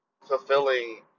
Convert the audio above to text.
fulfilling